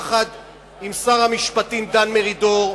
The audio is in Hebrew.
יחד עם שר המשפטים דן מרידור,